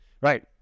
right